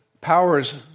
powers